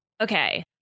Okay